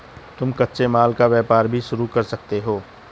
तुम कच्चे माल का व्यापार भी शुरू कर सकते हो